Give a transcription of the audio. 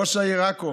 ראש העיר עכו